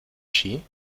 ski